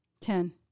Ten